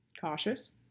cautious